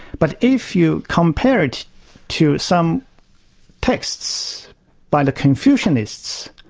but if you compare it to some texts by the confucianists,